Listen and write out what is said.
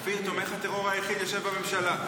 אופיר, תומך הטרור היחיד יושב בממשלה.